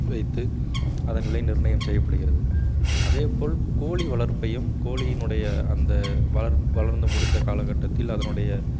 வைத்து அதன் விலை நிர்ணயம் செய்யப்படுகிறது அதே போல் கோழி வளர்ப்பையும் கோழியினுடைய அந்த வளர் வளர்ந்து முடிந்த காலகட்டத்தில் அதனுடைய